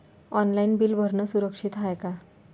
Online bill भरनं सुरक्षित हाय का?